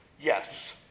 Yes